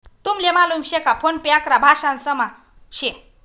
तुमले मालूम शे का फोन पे अकरा भाषांसमा शे